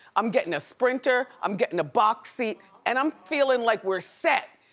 i'm getting a sprinter, i'm getting a box seat, and i'm feeling like we're set.